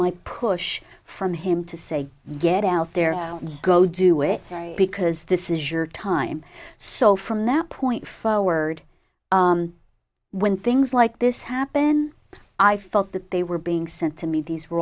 my push from him to say get out there and go do it because this is your time so from that point forward when things like this happen i felt that they were being sent to me these were